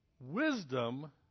Wisdom